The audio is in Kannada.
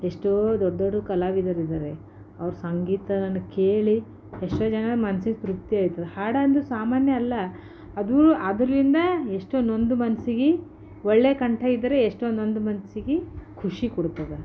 ಎಷ್ಟೋ ದೊಡ್ಡ ದೊಡ್ಡ ಕಲಾವಿದರಿದ್ದಾರೆ ಅವ್ರು ಸಂಗೀತವನ್ನು ಕೇಳಿ ಎಷ್ಟೋ ಜನ ಮನ್ಸಿಗೆ ತೃಪ್ತಿ ಆಯಿತು ಹಾಡಂದ್ರು ಸಾಮಾನ್ಯ ಅಲ್ಲ ಅದು ಅದರಿಂದ ಎಷ್ಟೋ ನೊಂದ ಮನಸ್ಸಿಗೆ ಒಳ್ಳೆ ಕಂಠ ಇದ್ದರೆ ಎಷ್ಟೋ ನೊಂದ ಮನಸ್ಸಿಗೆ ಖುಷಿ ಕೊಡುತ್ತದೆ